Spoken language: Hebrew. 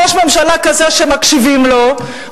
ראש ממשלה כזה שמקשיבים לו,